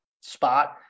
spot